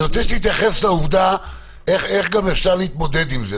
אני רוצה שתתייחס לשאלה איך אפשר להתמודד עם זה.